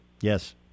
Yes